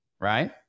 right